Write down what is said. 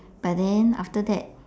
but then after that